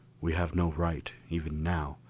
we have no right, even now,